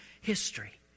history